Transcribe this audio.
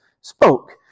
spoke